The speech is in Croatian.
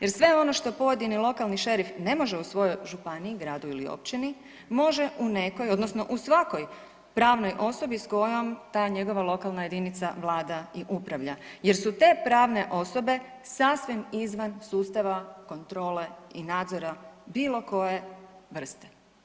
Jer sve ono što pojedini lokalni šerif ne može u svojoj županiji, gradu ili općini, može u nekoj odnosno u svakoj pravnoj osobi s kojom ta njegova lokalna jedinica vlada i upravlja, jer su te pravne osobe sasvim izvan sustava kontrole i nadzora bilo koje vrste.